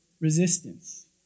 resistance